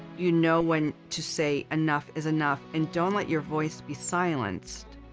you know when to say enough is enough and don't let your voice be silenced.